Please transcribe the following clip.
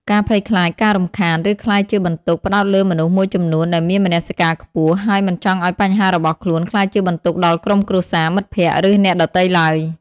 ការភ័យខ្លាចការរំខាន ឬក្លាយជាបន្ទុក ផ្តោតលើមនុស្សមួយចំនួនដែលមានមនសិការខ្ពស់ ហើយមិនចង់ឱ្យបញ្ហារបស់ខ្លួនក្លាយជាបន្ទុកដល់ក្រុមគ្រួសារ មិត្តភក្តិ ឬអ្នកដទៃឡើយ។